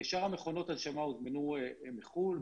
שאר המכונות הוזמנו מחו"ל,